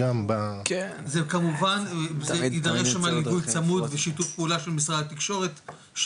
זה כמובן יידרש שם ליווי צמוד ושיתוף פעולה של משרד התקשורת.